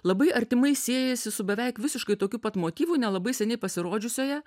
labai artimai siejasi su beveik visiškai tokiu pat motyvu nelabai seniai pasirodžiusioje